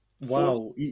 Wow